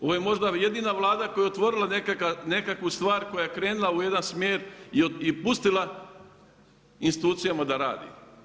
Ovo je možda jedina Vlada koja je otvorila nekakvu stvar, koja je krenula u jedan smjer i pustila institucijama da radi.